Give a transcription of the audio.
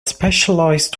specialized